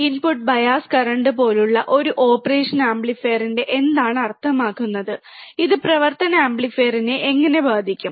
input bias current പോലുള്ള ഒരു operation ആംപ്ലിഫയറിന്റെ എന്താണ് അർത്ഥമാക്കുന്നത് ഇത് പ്രവർത്തന ആംപ്ലിഫയറിനെ എങ്ങനെ ബാധിക്കും